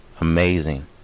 amazing